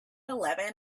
eleven